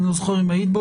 אני לא זוכר אם היית בו,